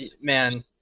man